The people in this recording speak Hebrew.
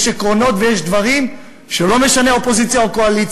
יש עקרונות ויש דברים שלא משנה אם זו